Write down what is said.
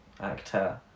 actor